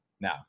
Now